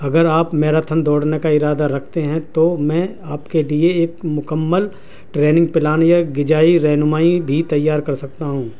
اگر آپ میراتھن دوڑنے کا ارادہ رکھتے ہیں تو میں آپ کے لیے ایک مکمل ٹریننگ پلان یا غذائی رہنمائی بھی تیار کر سکتا ہوں